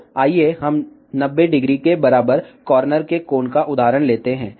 तो आइए हम 900 के बराबर कॉर्नर के कोण का उदाहरण लेते हैं